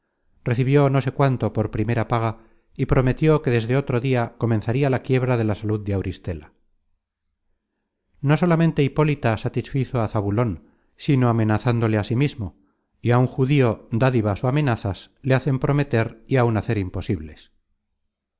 recibió no sé cuánto por primera paga y prometió que desde otro dia comenzaria la quiebra de la salud de auristela no solamente hipólita satisfizo á zabulon sino amenazole asimismo y á un judío dádivas ó amenazas le hacen prometer y áun hacer imposibles